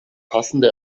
passende